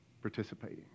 participating